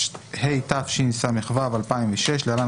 התשס"ו 2006 (להלן,